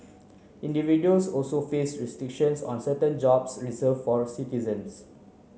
individuals also face restrictions on certain jobs reserve for a citizens